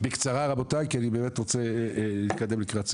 בקצרה רבותי, כי אני באמת רוצה להתקדם לקראת סיום.